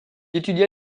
étudia